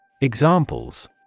Examples